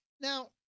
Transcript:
Now